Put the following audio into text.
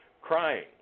crying